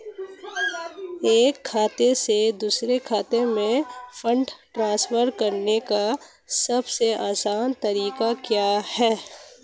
एक खाते से दूसरे खाते में फंड ट्रांसफर करने का सबसे आसान तरीका क्या है?